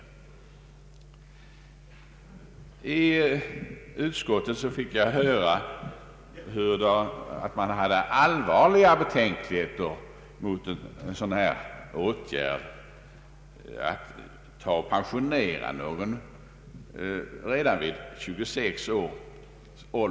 I utskottet fick jag höra att man hade allvarliga betänkligheter mot mitt handlande.